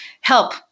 help